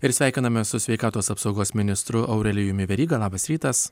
ir sveikinamės su sveikatos apsaugos ministru aurelijumi veryga labas rytas